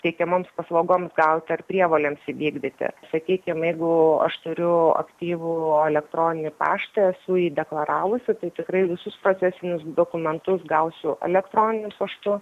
teikiamoms paslaugoms gauti ar prievolėms įvykdyti sakykim jeigu aš turiu aktyvų elektroninį paštą esu jį deklaravusi tai tikrai visus procesinius dokumentus gausiu elektroniniu paštu